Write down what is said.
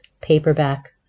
paperback